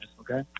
okay